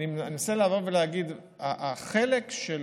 אני מנסה לבוא ולהגיד: החלק של